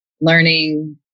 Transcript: learning